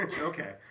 okay